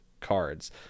cards